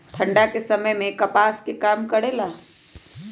ठंडा के समय मे कपास का काम करेला?